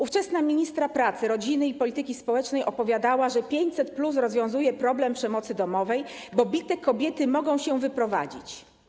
Ówczesna ministra pracy, rodziny i polityki społecznej opowiadała, że 500+ rozwiązuje problem przemocy domowej, bo bite kobiety mogą się wyprowadzić.